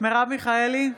מרב מיכאלי,